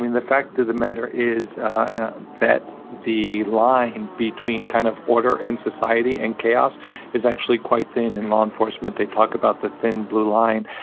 the fact of the matter is and that the line between kind of order and society and chaos is actually quite thin. in law enforcement, they talk about the thin blue line.